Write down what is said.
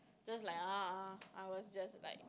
just like uh I was just like